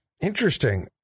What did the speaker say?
Interesting